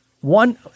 one